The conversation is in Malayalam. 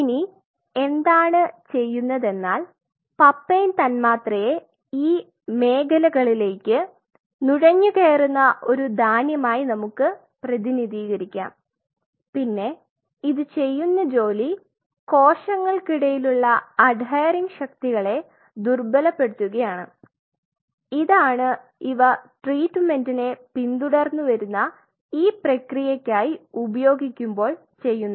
ഇനി എന്താണ് ചെയ്യുന്നതെന്നാൽ പാപ്പെയ്ൻ തന്മാത്രയെ ഈ മേഖലകളിലേക്ക് നുഴഞ്ഞുകയറുന്ന ഒരു ധാന്യമായി നമുക്ക് പ്രതിനിധീകരിക്കാം പിന്നെ ഇത് ചെയ്യുന്ന ജോലി കോശങ്ങൾക്കിടയിലുള്ള അഡ്ഹിറിങ് ശക്തികളെ ദുർബലപ്പെടുത്തുകയാണ് ഇതാണ് ഇവ ട്രീറ്റ്മെൻറ്നെ പിന്തുടർന്നു വരുന്ന ഈ പ്രക്രിയക്കായി ഉപയോഗിക്കുമ്പോൾ ചെയ്യുന്നത്